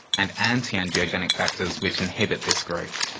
and anti-angiogenic factors which inhibit this growth.